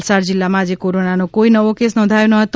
વલસાડ જિલ્લામાં આજે કોરોનાનો કોઈ નવો કેસ નોંધાયો ન હતો